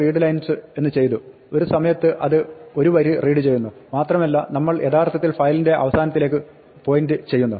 readlines എന്ന് ചെയ്തു ഒരു സമയത്ത് അത് ഒരു വരി റീഡ് ചെയ്യുന്നു മാത്രമല്ല നമ്മൾ യഥാർത്ഥത്തിൽ ഫയലിന്റെ അവസാനത്തിലേക്ക് പോയിന്റ് ചെയ്യുന്നു